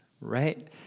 right